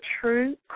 true